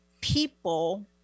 people